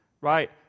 right